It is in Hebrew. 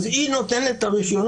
אז היא נותנת את הרישיונות,